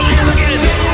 again